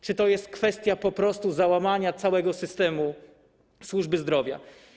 Czy to jest kwestia po prostu załamania całego systemu służby zdrowia?